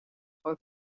groot